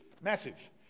massive